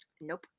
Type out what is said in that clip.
Nope